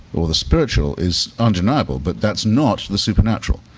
for the spiritual is undeniable but that's not the supernatural.